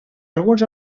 alguns